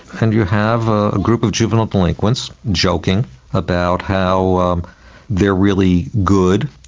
and you have a group of juvenile delinquents, joking about how um they are really good.